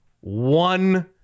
one